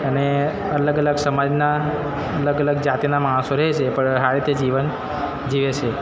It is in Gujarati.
અને અલગ અલગ સમાજના અલગ અલગ જાતિનાં માણસો રહે છે પણ સારી રીતે જીવન જીવે છે